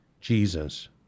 Jesus